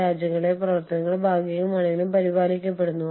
അന്താരാഷ്ട്ര സംഘടനയുടെ തന്ത്രവും ഘടനയും സൃഷ്ടിക്കുന്നു